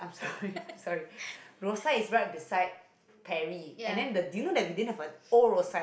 ya